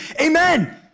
amen